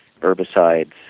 herbicides